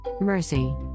Mercy